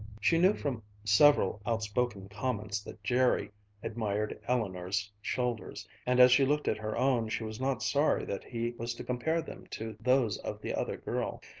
she knew from several outspoken comments that jerry admired eleanor's shoulders, and as she looked at her own, she was not sorry that he was to compare them to those of the other girl.